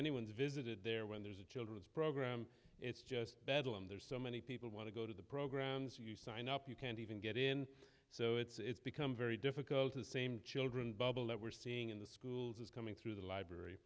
anyone's visited there when there's a children's program it's just bedlam there's so many people want to go to the programs you sign up you can't even get in so it's become very difficult to the same children bubble that we're seeing in the schools is coming through the library